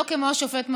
לא כמו השופט מזוז.